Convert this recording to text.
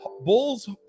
bulls